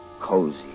cozy